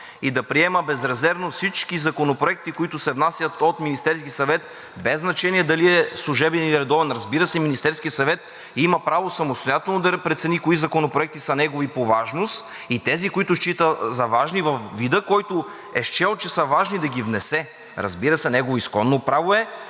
и да приема безрезервно всички законопроекти, които се внасят от Министерския съвет, без значение дали е служебен, или редовен. Разбира се, Министерският съвет има право самостоятелно да прецени кои законопроекти са негови по важност и тези, които счита за важни във вида, в който е счел, че са важни, и да ги внесе. Разбира се, негово изконно право е,